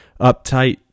uptight